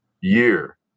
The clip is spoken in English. year